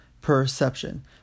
perception